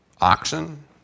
oxen